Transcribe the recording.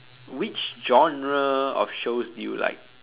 which genre of shows do you like